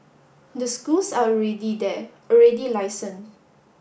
the schools are already there already licensed